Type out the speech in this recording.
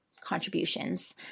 contributions